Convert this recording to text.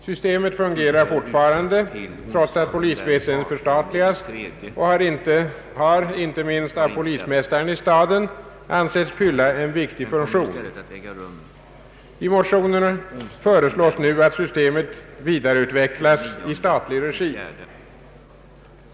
Systemet fungerar fortfarande trots att polisväsendet förstatligats, och det har, inte minst av polismästaren i staden, ansetts fylla en viktig funktion. I motionerna föreslås nu att systemet vidareutvecklas i statlig regi.